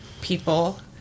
people